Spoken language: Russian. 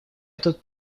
тут